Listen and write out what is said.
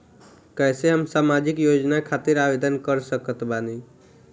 कैसे हम सामाजिक योजना खातिर आवेदन कर सकत बानी?